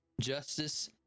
justice